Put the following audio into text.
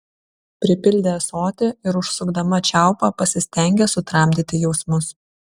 pripildė ąsotį ir užsukdama čiaupą pasistengė sutramdyti jausmus